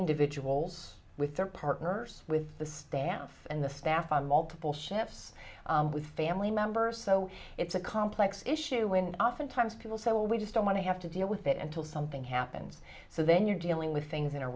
individuals with their partners with the stand and the staff on multiple shifts with family members so it's a complex issue when oftentimes people so we just don't want to have to deal with it until something happens so then you're dealing with things in a